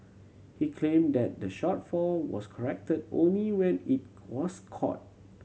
he claimed that the shortfall was corrected only when it was caught